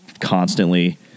constantly